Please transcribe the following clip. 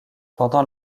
pendant